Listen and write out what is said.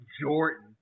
Jordan